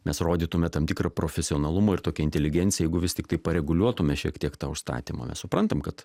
mes rodytume tam tikrą profesionalumą ir tokią inteligenciją jeigu vis tiktai reguliuotume šiek tiek tą užstatymą nes suprantam kad